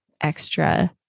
extra